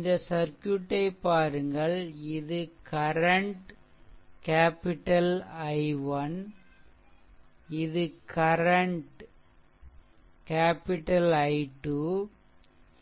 இந்த சர்க்யூட்டை பாருங்கள் இது கரண்ட் கேப்பிடல் I1 இது கரண்ட் கேப்பிடல் I2